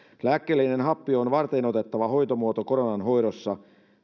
lääkkeellinen happi on varteenotettava hoitomuoto koronan hoidossa